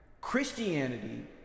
Christianity